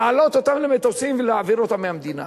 להעלות אותם למטוסים ולהעביר אותם מהמדינה.